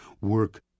work